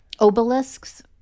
obelisks